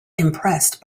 impressed